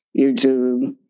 YouTube